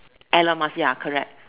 Elon-Musk ya correct